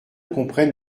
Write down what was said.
comprenne